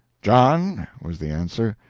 john, was the answer,